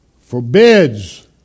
forbids